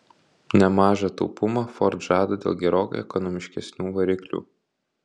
nemažą taupumą ford žada dėl gerokai ekonomiškesnių variklių